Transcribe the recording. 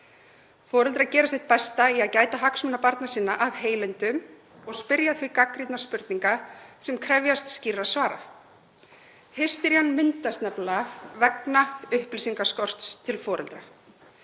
Foreldrar gera sitt besta í að gæta hagsmuna barna sinna af heilindum og spyrja því gagnrýninna spurninga sem krefjast skýrra svara. Hysterían myndast nefnilega vegna upplýsingaskorts til foreldra.